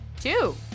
Two